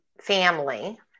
family